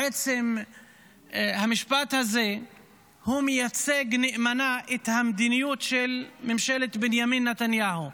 בעצם המשפט הזה מייצג נאמנה את המדיניות של ממשלת בנימין נתניהו.